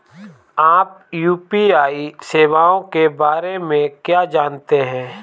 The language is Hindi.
आप यू.पी.आई सेवाओं के बारे में क्या जानते हैं?